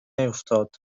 نیفتاد